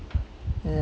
mm